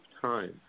time